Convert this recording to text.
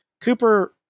Cooper